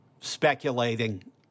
speculating